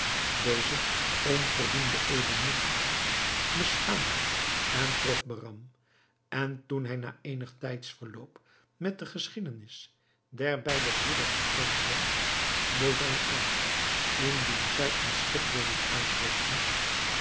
deze onverdiende edelmoedigheid beschaamde en trof behram en toen hij na eenig tijdsverloop met de geschiedenis der beide broeders bekend werd bood hij aan indien zij een schip wilden uitrusten